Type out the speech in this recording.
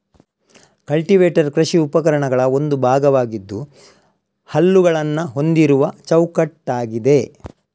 cultivator ಕೃಷಿ ಉಪಕರಣಗಳ ಒಂದು ಭಾಗವಾಗಿದ್ದು ಹಲ್ಲುಗಳನ್ನ ಹೊಂದಿರುವ ಚೌಕಟ್ಟಾಗಿದೆ